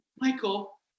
Michael